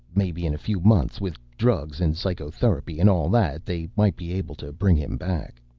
maybe in a few months, with drugs and psychotherapy and all that. they might be able to bring him back.